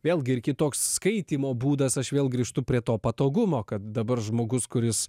vėlgi ir kitoks skaitymo būdas aš vėl grįžtu prie to patogumo kad dabar žmogus kuris